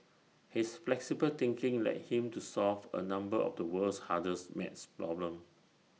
his flexible thinking led him to solve A number of the world's hardest maths problems